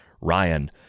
Ryan